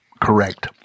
correct